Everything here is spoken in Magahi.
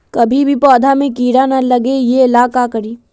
कभी भी पौधा में कीरा न लगे ये ला का करी?